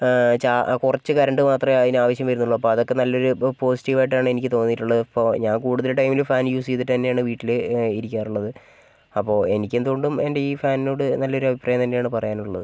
ചാ കുറച്ച് കറൻറ്റ് മാത്രമേ അതിന് ആവശ്യം വരുന്നുള്ളൂ അപ്പോൾ അതൊക്കെ നല്ലൊരു പോസിറ്റീവ് ആയിട്ടാണ് എനിക്ക് തോന്നിയിട്ടുള്ളത് ഇപ്പോൾ ഞാൻ കൂടുതൽ ടൈമിൽ ഫാൻ യൂസ് ചെയ്തിട്ട് തന്നെയാണ് വീട്ടിൽ ഇരിക്കാറുള്ളത് അപ്പോൾ എനിക്ക് എന്തുകൊണ്ടും എന്റെ ഈ ഫാനിനോട് നല്ലൊരു അഭിപ്രായം തന്നെയാണ് പറയാനുള്ളത്